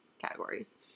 categories